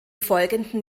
folgenden